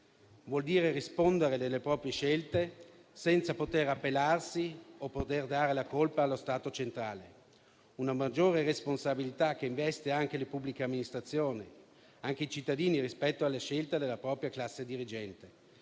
vuol dire rispondere delle proprie scelte senza potersi appellare o poter dare la colpa allo Stato centrale; implica una maggiore responsabilità che investe le pubbliche amministrazioni e anche i cittadini rispetto alle scelta della propria classe dirigente.